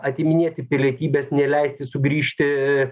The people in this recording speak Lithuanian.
atiminėti pilietybės neleisti sugrįžti